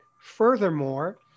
Furthermore